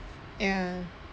ya